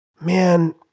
man